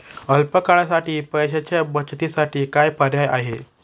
अल्प काळासाठी पैशाच्या बचतीसाठी काय पर्याय आहेत?